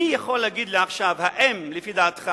מי יכול להגיד לי עכשיו, האם לפי דעתך